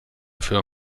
für